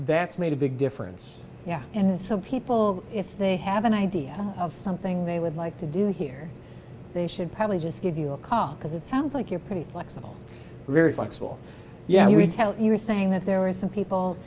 that's made a big difference yeah and so people if they have an idea of something they would like to do here they should probably just give you a cot because it sounds like you're pretty flexible very flexible yeah you can tell you're saying that there are some people